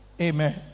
Amen